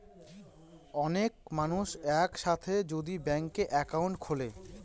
অনেক মানুষ এক সাথে যদি ব্যাংকে একাউন্ট খুলে